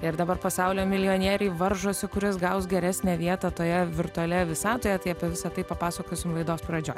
ir dabar pasaulio milijonieriai varžosi kuris gaus geresnę vietą toje virtualioje visatoje tai apie visa tai papasakosim laidos pradžioj